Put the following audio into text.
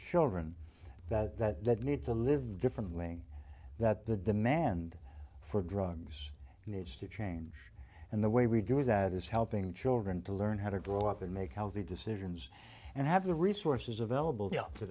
children that need to live differently that the demand for drugs needs to change and the way we do that is helping children to learn how to grow up and make healthy decisions and have the resources available to